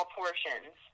portions